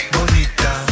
Bonita